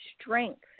strength